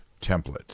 template